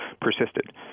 persisted